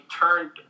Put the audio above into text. turned